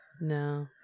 No